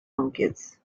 monkeys